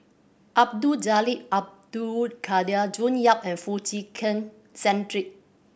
Abdul Jalil Abdul Kadir June Yap and Foo Chee Keng Cedric